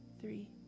three